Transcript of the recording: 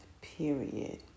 period